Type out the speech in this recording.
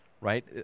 right